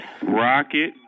Rocket